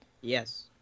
Yes